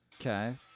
Okay